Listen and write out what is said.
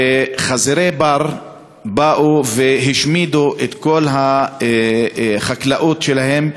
וחזירי בר באו והשמידו את כל החקלאות שלהם,